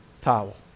towel